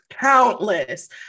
countless